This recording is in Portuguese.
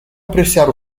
apreciar